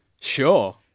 Sure